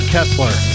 Kessler